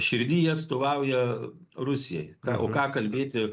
širdy atstovauja rusijai ką ką o ką kalbėti